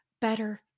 better